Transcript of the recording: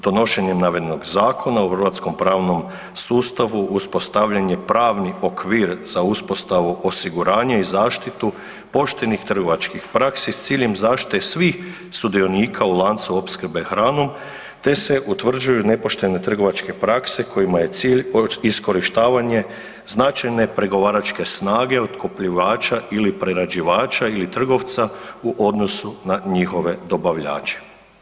Donošenjem navedenog zakona u hrvatskom pravnom sustavu uspostavljen je pravni okvir za uspostavu osiguranja i zaštitu poštenih trgovačkih praksi s ciljem zaštite svih sudionika u lancu opskrbe hranom te se utvrđuju nepoštene trgovačke prakse kojima je cilj iskorištavanje značajne pregovaračke snage otkupljivača ili prerađivača ili trgovca u odnosu na njihove dobavljače.